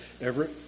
Everett